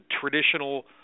traditional